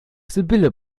sibylle